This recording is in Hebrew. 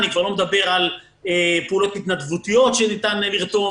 אני כבר לא מדבר על פעולות התנדבות שניתן לרתום